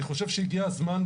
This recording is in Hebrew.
אני חושב שהגיע הזמן,